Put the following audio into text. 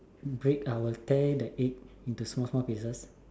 break I'll tear the egg into small small pieces